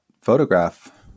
photograph